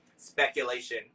speculation